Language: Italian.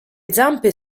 zampe